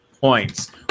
points